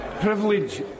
Privilege